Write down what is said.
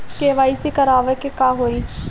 KYC करावे के होई का?